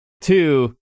two